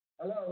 Hello